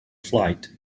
flight